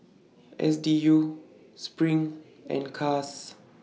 S D U SPRING and Caas